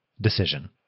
decision